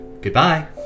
Goodbye